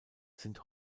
sind